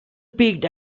peaked